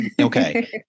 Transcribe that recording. okay